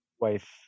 wife